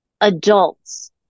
adults